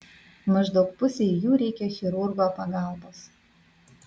maždaug pusei jų reikia chirurgo pagalbos